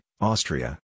Austria